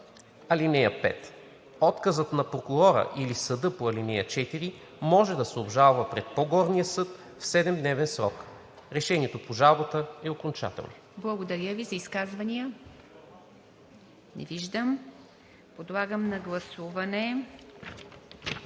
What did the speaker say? (5) Отказът на прокурора или съда по ал. 4 може да се обжалва пред по-горния съд в 7-дневен срок. Решението по жалбата е окончателно.“ ПРЕДСЕДАТЕЛ ИВА МИТЕВА: Изказвания? Не виждам. Подлагам на гласуване